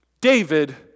David